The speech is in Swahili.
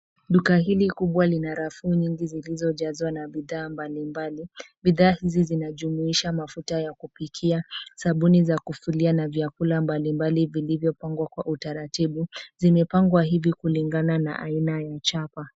Duka hili kubwa lina rafu nyingi zilizojazwa na bidhaa mbalimbali. Bidhaa hizi zinajumuisha mafuta ya kupikia, sabuni za kufulia na vyakula mbalimbali vilivyopangwa kwa utaratibu. Zimepangwa hivi kulingana na aina ya chapa.